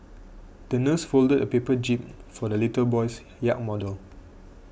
the nurse folded a paper jib for the little boy's yacht model